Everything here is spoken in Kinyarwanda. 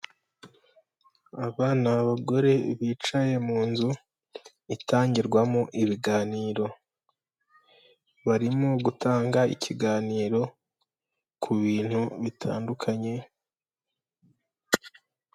Abagore bicaye mu nzu itangirwamo ibiganiro, barimo gutanga ikiganiro ku bintu bitandukanye.